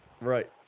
Right